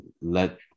let